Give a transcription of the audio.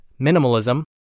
Minimalism